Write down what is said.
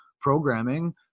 programming